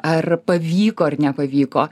ar pavyko ar nepavyko